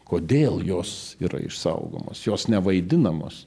kodėl jos yra išsaugomos jos nevaidinamos